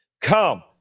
Come